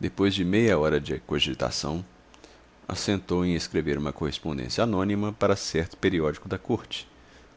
depois de meia hora de cogitação assentou em escrever uma correspondência anônima para certo periódico da corte